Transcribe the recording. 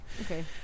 Okay